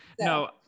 no